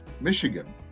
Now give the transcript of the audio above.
Michigan